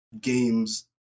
games